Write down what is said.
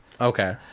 Okay